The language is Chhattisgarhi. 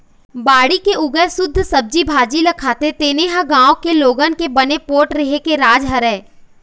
बाड़ी के उगाए सुद्ध सब्जी भाजी ल खाथे तेने ह गाँव के लोगन के बने पोठ रेहे के राज हरय